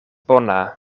bona